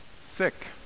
Sick